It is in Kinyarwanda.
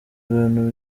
ibintu